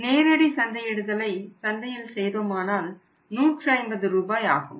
நேரடி சந்தையிடுதலை சந்தையில் செய்தோமானால் 150 ரூபாய் ஆகும்